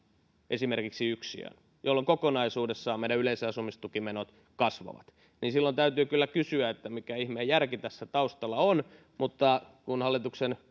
yksiöön jolloin kokonaisuudessaan meidän yleiset asumistukimenot kasvavat silloin täytyy kyllä kysyä mikä ihmeen järki tässä taustalla on mutta kun hallituksen